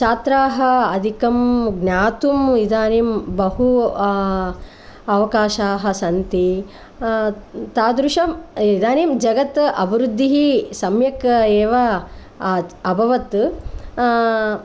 छात्राः अधिकम् ज्ञातुम् इदानीं बहु अवकाशाः सन्ति तादृशम् इदानीं जगत् अभिवृद्धिः सम्यक् एव अत् अभवत्